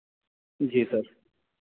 जी sir